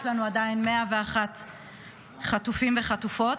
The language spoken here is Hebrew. יש לנו עדיין 101 חטופים וחטופות.